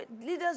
leaders